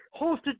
hosted